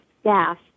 staff